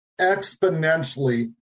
exponentially